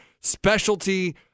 specialty